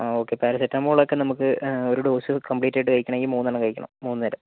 ആ okay paracetamol ഒക്കെ നമുക്ക് ഒരു ഡോസ് കംപ്ലീറ്റ് ആയിട്ട് കഴിക്കണമെങ്കിൽ മൂന്നെണ്ണം കഴിക്കണം മൂന്ന് നേരം